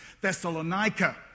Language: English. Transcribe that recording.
Thessalonica